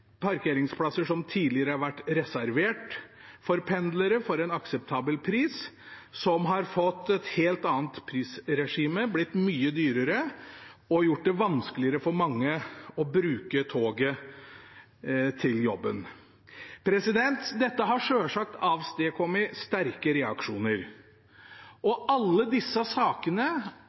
parkeringsplasser som tidligere har vært reservert for pendlere til en akseptabel pris, som har fått et helt annet prisregime og blitt mye dyrere, og har gjort det vanskeligere for mange å bruke toget til jobben. Dette har selvsagt avstedkommet sterke reaksjoner, og alle disse sakene